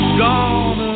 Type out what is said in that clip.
gone